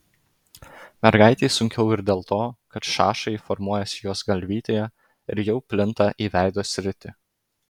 mergaitei sunkiau ir dėl to kad šašai formuojasi jos galvytėje ir jau plinta į veido sritį